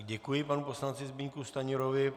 Děkuji panu poslanci Zbyňku Stanjurovi.